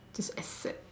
just accept